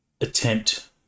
attempt